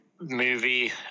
movie